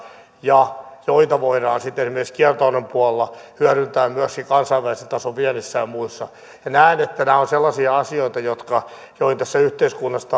ja joita voidaan sitten esimerkiksi kiertotalouden puolella hyödyntää myöskin kansainvälisen tason viennissä ja muussa näen että nämä ovat sellaisia asioita joihin tässä yhteiskunnassa